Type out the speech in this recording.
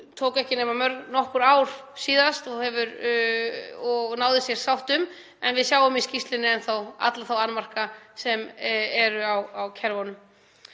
tók ekki nema nokkur ár síðast og náðist hér sátt um. En við sjáum í skýrslunni alla þá annmarka sem eru á kerfunum.